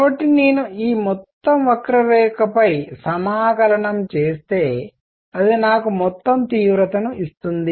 కాబట్టి నేను ఈ మొత్తం వక్రరేఖపై సమాకలనంఇంటిగ్రేట్ చేస్తే అది నాకు మొత్తం తీవ్రతను ఇస్తుంది